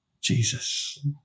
Jesus